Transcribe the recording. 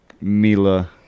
Mila